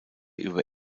über